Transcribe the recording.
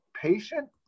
patient